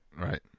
right